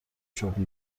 شغل